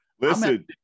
Listen